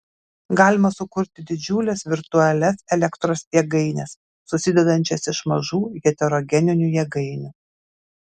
galima sukurti didžiules virtualias elektros jėgaines susidedančias iš mažų heterogeninių jėgainių